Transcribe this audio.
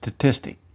statistic